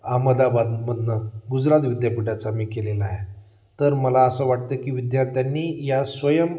अहमदाबादमधून गुजरात विद्यापिठाचा मी केलेला आहे तर मला असं वाटतं की विद्यार्थ्यांनी या स्वयम